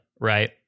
right